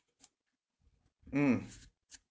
mm